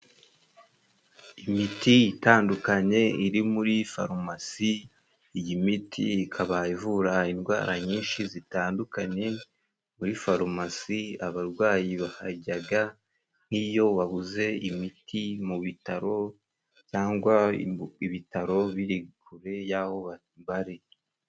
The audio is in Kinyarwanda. Imiti itandukanye iri muri farumasi, iyi miti ikaba ivura indwara nyinshi zitandukanye, muri farumasi abarwayi bahajyaga nk'iyo babuze imiti mu bitaro, cyangwa ibitaro biri kure y'aho bari.